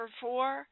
four